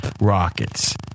Rockets